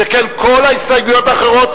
שכן כל ההסתייגויות האחרות,